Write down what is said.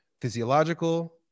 physiological